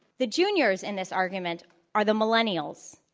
the juniors in this argument are the millennials.